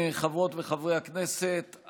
חברות וחברי הכנסת,